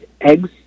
eggs